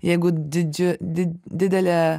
jeigu dydžiu didelė